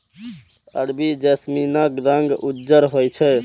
अरबी जैस्मीनक रंग उज्जर होइ छै